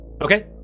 Okay